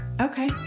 Okay